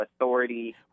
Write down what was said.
authority